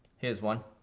here's one,